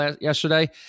yesterday